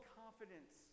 confidence